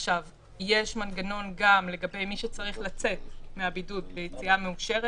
יש גם מנגנון לגבי מי שצריך לצאת מהבידוד ביציאה מאושרת.